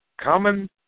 common